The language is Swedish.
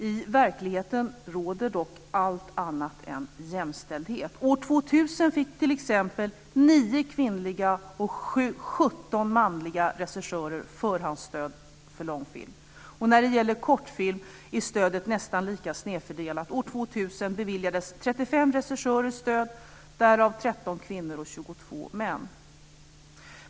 I verkligheten råder dock allt annat än jämställdhet. År 2000 fick t.ex. 9 kvinnliga och 17 manliga regissörer förhandsstöd för långfilm. När det gäller kortfilm är stödet nästan lika snedfördelat: År 2000 beviljades 35 regissörer stöd, därav 13 kvinnor och 22 män.